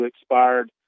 expired